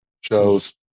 shows